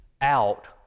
out